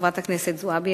חברת הכנסת זועבי,